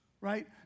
right